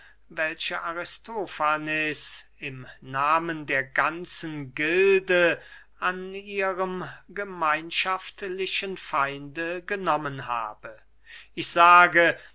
welche aristofanes im nahmen der ganzen gilde an ihrem gemeinschaftlichen feinde genommen habe ich sage